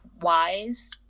wise